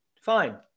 Fine